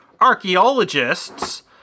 archaeologists